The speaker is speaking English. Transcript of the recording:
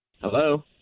Hello